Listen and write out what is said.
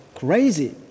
crazy